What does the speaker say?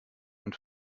und